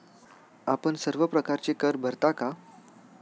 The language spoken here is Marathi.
आपण सर्व प्रकारचे कर भरता का?